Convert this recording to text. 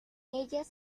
ellas